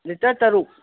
litre ꯇꯔꯨꯛ